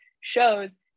shows